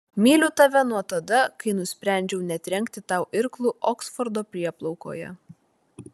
myliu tave nuo tada kai nusprendžiau netrenkti tau irklu oksfordo prieplaukoje